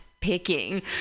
picking